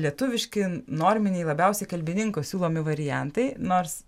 lietuviški norminiai labiausiai kalbininkų siūlomi variantai nors